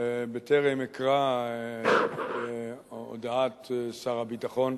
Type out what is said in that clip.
בטרם אקרא את הודעת שר הביטחון,